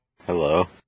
Hello